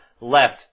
left